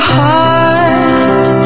heart